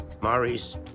Maurice